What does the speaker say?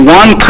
one